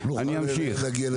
אני אמשיך,